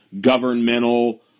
governmental